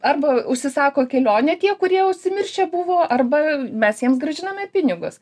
arba užsisako kelionę tie kurie užsimiršę buvo arba mes jiems grąžiname pinigus